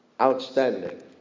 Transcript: Outstanding